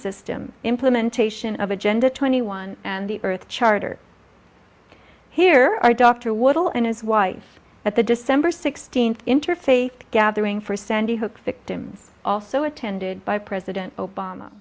system implementation of agenda twenty one and the earth charter here are dr wortle and his wife at the december sixteenth interfaith gathering for sandy hook victims also attended by president o